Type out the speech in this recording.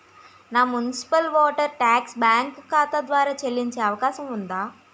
నా municipal water tax bank ఖాతా ద్వారా చెల్లించే అవకాశం ఉందా?